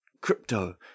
crypto